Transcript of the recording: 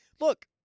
Look